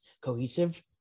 cohesive